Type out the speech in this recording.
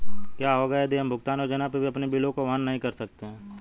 क्या होगा यदि हम भुगतान योजना पर भी अपने बिलों को वहन नहीं कर सकते हैं?